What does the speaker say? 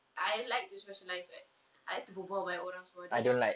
I like to socialize right I like to berbual by orang semua then now